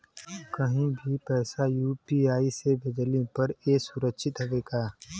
कहि भी पैसा यू.पी.आई से भेजली पर ए सुरक्षित हवे का?